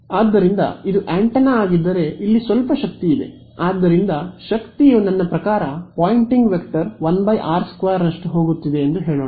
ಆದ್ದರಿಂದ ಇದು ಆಂಟೆನಾ ಆಗಿದ್ದರೆ ಇಲ್ಲಿ ಸ್ವಲ್ಪ ಶಕ್ತಿ ಇದೆ ಆದ್ದರಿಂದ ಶಕ್ತಿಯು ನನ್ನ ಪ್ರಕಾರ ಪೋಯಿಂಟಿಂಗ್ ವೆಕ್ಟರ್ 1 ಆರ್ ೨ ನಷ್ಟು ಹೋಗುತ್ತಿದೆ ಎಂದು ಹೇಳೋಣ